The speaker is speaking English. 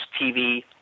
TV